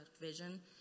vision